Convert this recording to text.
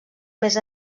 més